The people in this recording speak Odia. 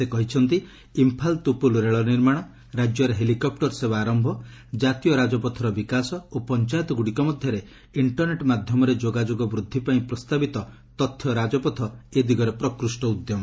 ସେ କହିଛନ୍ତି ଇମ୍ଫାଲ୍ ତୁପୁଲ୍ ରେଳ ନିର୍ମାଣ ରାଜ୍ୟରେ ହେଲିକପ୍ଟର ସେବା ଆରମ୍ଭ ଜାତୀୟ ରାଜପଥର ବିକାଶ ଓ ପଞ୍ଚାୟତଗୁଡ଼ିକ ମଧ୍ୟରେ ଇଷ୍ଟରନେଟ୍ ମାଧ୍ୟମରେ ଯୋଗାଯୋଗ ବୃଦ୍ଧି ପାଇଁ ପ୍ରସ୍ତାବିତ 'ତଥ୍ୟ ରାଜପଥ' ଏ ଦିଗରେ ପ୍ରକୃଷ୍ଟ ଉଦ୍ୟମ